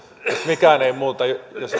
mikään ei muutu